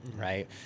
Right